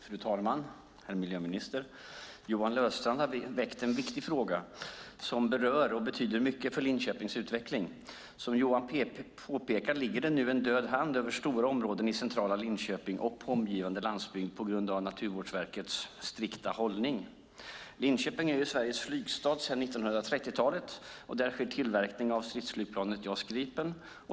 Fru talman! Herr miljöminister! Johan Löfstrand har väckt en viktig fråga som betyder mycket för Linköpings utveckling. Som Johan påpekar ligger det nu en död hand över stora områden i centrala Linköping och omgivande landsbygd på grund av Naturvårdsverkets strikta hållning. Linköping är Sveriges flygstad sedan 1930-talet. Där sker tillverkningen av stridsflygplanet JAS Gripen.